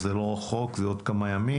זה לא רחוק, זה עוד כמה ימים.